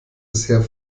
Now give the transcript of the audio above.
bisher